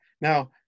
Now